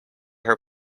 her